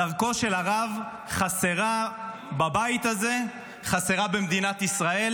דרכו של הרב חסרה בבית הזה, חסרה במדינת ישראל.